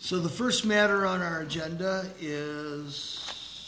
so the first matter on our agenda is